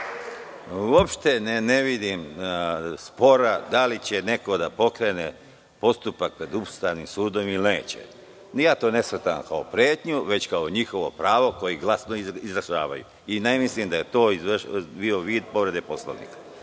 Uopšte ne vidim spora da li će neko da pokrene postupak pred Ustavnim sudom ili neće. Ja to ne shvatam kao pretnju, već kao njihovo pravo koje glasno izražavaju. Ne mislim da je to bio vid povrede Poslovnika. Molim